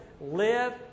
live